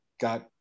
got